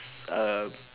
a